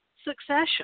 Succession